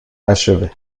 achevé